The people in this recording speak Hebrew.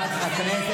עם הדגל הזה